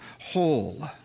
whole